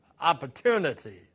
opportunity